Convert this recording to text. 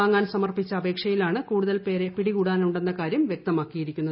വാങ്ങാൻ സമർപ്പിച്ച അപേക്ഷയിലാണ് കസ്റ്റഡിയിൽ കുടുതൽ പേരെപിടികൂടാനുണ്ടെന്ന കാര്യം വ്യക്തമാക്കിയിരിക്കുന്നത്